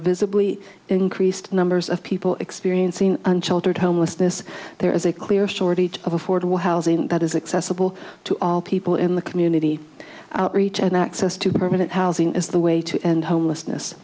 visibly increased numbers of people experiencing unsheltered homelessness there is a clear shortage of affordable housing that is accessible to all people in the community outreach and access to permanent housing is the way to end homelessness